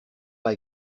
pas